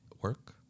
work